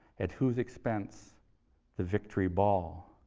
at whose expense the victory ball?